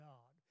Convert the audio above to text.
God